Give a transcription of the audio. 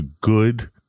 good